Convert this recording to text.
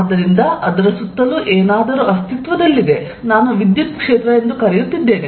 ಆದ್ದರಿಂದ ಅದರ ಸುತ್ತಲೂ ಏನಾದರೂ ಅಸ್ತಿತ್ವದಲ್ಲಿದೆ ನಾನು ವಿದ್ಯುತ್ ಕ್ಷೇತ್ರ ಎಂದು ಕರೆಯುತ್ತಿದ್ದೇನೆ